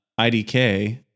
IDK